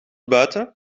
buiten